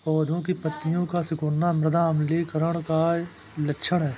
पौधों की पत्तियों का सिकुड़ना मृदा अम्लीकरण का लक्षण है